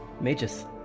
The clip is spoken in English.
Mages